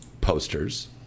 posters